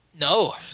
No